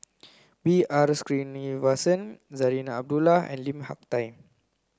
B R Sreenivasan Zarinah Abdullah and Lim Hak Tai